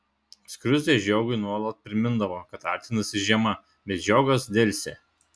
skruzdė žiogui nuolat primindavo kad artinasi žiema bet žiogas delsė